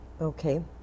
Okay